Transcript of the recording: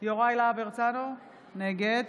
יוראי להב הרצנו, נגד